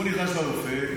הגיעו לרופא,